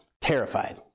terrified